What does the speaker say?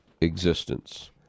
existence